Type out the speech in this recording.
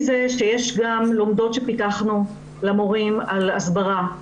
יש גם לומדות שפיתחנו למורים על הסברה,